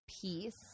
peace